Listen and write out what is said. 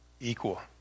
equal